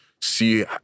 see